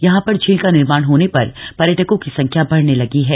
यहां पर झील का निर्माण होने पर पर्यटकों की संख्या बढ़ने लगी है